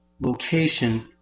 location